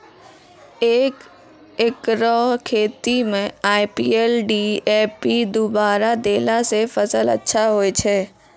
एक एकरऽ खेती मे आई.पी.एल डी.ए.पी दु बोरा देला से फ़सल अच्छा होय छै?